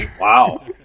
wow